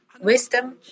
wisdom